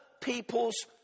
people's